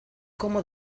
como